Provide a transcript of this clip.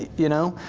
you know?